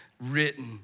written